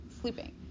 sleeping